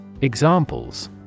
Examples